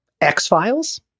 X-Files